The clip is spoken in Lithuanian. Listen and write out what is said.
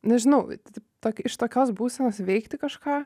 nežinauvat tokį iš tokios būsenos veikti kažką